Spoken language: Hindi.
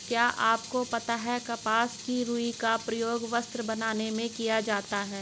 क्या आपको पता है कपास की रूई का प्रयोग वस्त्र बनाने में किया जाता है?